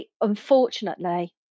unfortunately